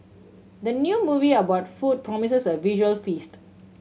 the new movie about food promises a visual feast